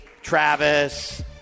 Travis